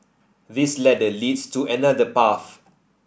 this ladder leads to another path